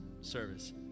service